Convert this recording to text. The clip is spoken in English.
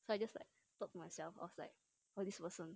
so I just like talk myself I was like !whoa! this person